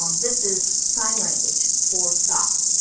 um this is sign language for stop